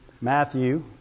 Matthew